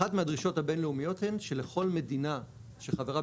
אחת מהדרישות הבינלאומיות הן שלכל מדינה שחברה